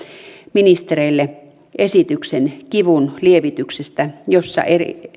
ministereille esityksen kivunlievityksestä jossa